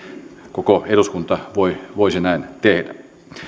koko eduskunta voisi näin tehdä